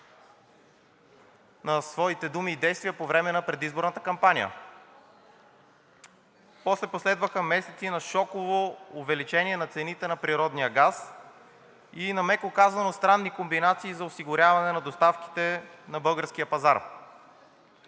на своите думи и действия по време на предизборната кампания. После последваха месеци на шоково увеличение на цените на природния газ и на, меко казано, странни комбинации за осигуряване на доставките на българския пазар.